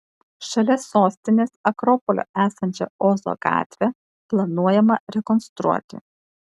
šalia sostinės akropolio esančią ozo gatvę planuojama rekonstruoti